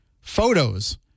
photos